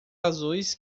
azuis